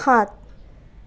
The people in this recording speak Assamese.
সাত